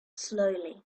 slowly